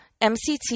MCT